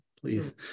please